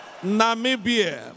Namibia